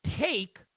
take